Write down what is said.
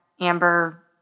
Amber